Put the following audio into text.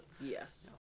Yes